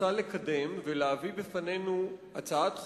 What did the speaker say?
רוצה לקדם ולהביא בפנינו הצעת חוק,